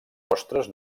postres